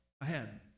ahead